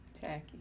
Tacky